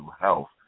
health